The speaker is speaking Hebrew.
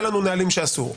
היה לנו נהלים שאסור.